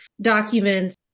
documents